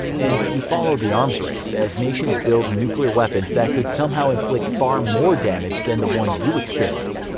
and you follow the arms race, as nations build nuclear weapons that could somehow inflict far more damage than the one you experienced.